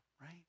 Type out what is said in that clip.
right